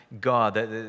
God